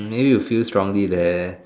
maybe you feel strongly there